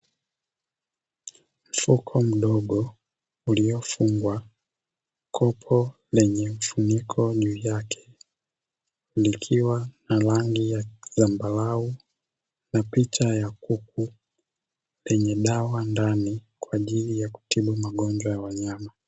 Mfuko mdogo uliofungwa kopo lenye mfuniko juu yake, likiwa na rangi ya zambarau na picha ya kuku, yenye dawa ndani kwa ajili ya kutibu magonjwa ya wanyama.